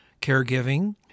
caregiving